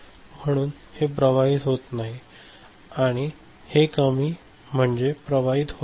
म्हणून हे प्रवाहित होत नाही आणि हे कमी म्हणजे हे प्रवाहित होत नाही